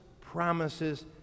promises